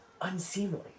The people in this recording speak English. unseemly